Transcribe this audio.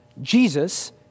Jesus